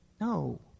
No